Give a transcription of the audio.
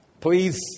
Please